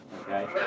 Okay